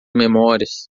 memórias